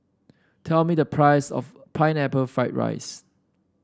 tell me the price of Pineapple Fried Rice